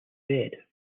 bed